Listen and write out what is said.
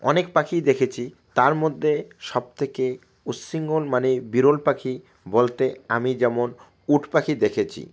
অনেক পাখি দেখেছি তার মধ্যে সবথেকে উচ্ছৃঙ্খল মানে বিরল পাখি বলতে আমি যেমন উট পাখি দেখেছি